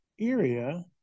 area